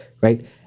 right